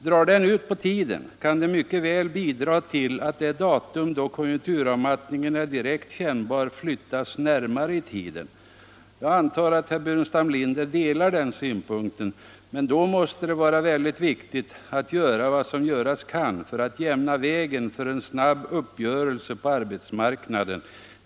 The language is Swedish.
Drar den ut på tiden kan det mycket väl bidra till att det datum då konjunkturavmattningen är direkt kännbar flyttas närmare i tiden. Jag antar att herr Burenstam Linder delar den synpunkten. Men då måste det vara väldigt viktigt att göra vad som göras kan för att jämna vägen för en snabb uppgörelse på arbetsmarknaden.